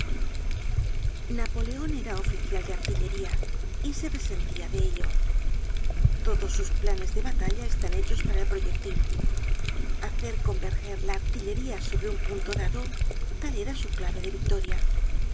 napoleon era oficial de artillería y se resentia de ello todos sus planes de batalla están hechos para el proyectil hacer converger la artillería sobre un punto dado tal era su clave de victoria